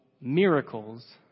miracles